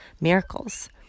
miracles